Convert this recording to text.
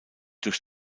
durch